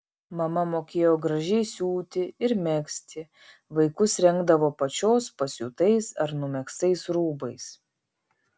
mama mokėjo gražiai siūti ir megzti vaikus rengdavo pačios pasiūtais ar numegztais rūbais